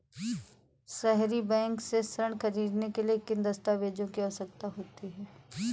सहरी बैंक से ऋण ख़रीदने के लिए किन दस्तावेजों की आवश्यकता होती है?